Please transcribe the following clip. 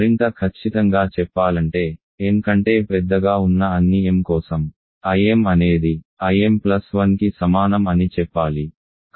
మరింత ఖచ్చితంగా చెప్పాలంటే n కంటే పెద్దగా ఉన్న అన్ని m కోసం Im అనేది Im1 కి సమానం అని చెప్పాలి